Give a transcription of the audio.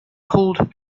called